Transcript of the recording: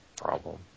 problem